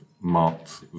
marked